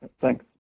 Thanks